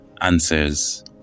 answers